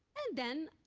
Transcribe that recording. then,